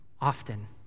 often